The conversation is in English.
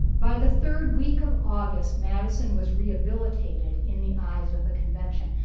by the third week of august, madison was rehabilitated in the eyes of the convention,